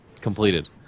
completed